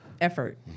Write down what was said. Effort